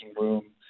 room